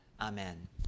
Amen